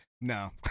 No